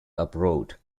abroad